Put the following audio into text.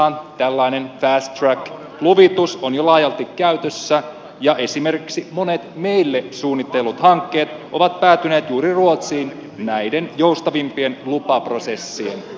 ruotsissahan tällainen fast track luvitus on jo laajalti käytössä ja esimerkiksi monet meille suunnitellut hankkeet ovat päätyneet juuri ruotsiin näiden joustavimpien lupaprosessien ansiosta